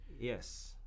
Yes